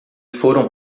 foram